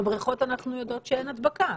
בבריכות אנחנו יודעות שאין הדבקה.